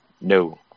No